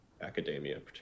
academia